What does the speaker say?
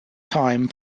time